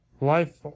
life